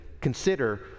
consider